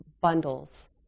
bundles